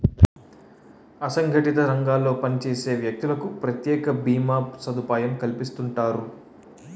అసంగటిత రంగాల్లో పనిచేసే వ్యక్తులకు ప్రత్యేక భీమా సదుపాయం కల్పిస్తుంటారు